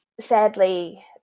sadly